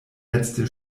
letzte